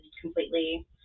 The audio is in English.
completely